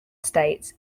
states